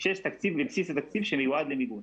שיש תקציב בבסיס התקציב שמיועד למיגון.